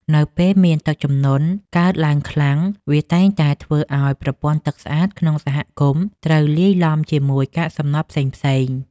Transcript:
នៅពេលមានទឹកជំនន់កើតឡើងខ្លាំងវាតែងតែធ្វើឱ្យប្រព័ន្ធទឹកស្អាតក្នុងសហគមន៍ត្រូវលាយឡំជាមួយកាកសំណល់ផ្សេងៗ។